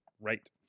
right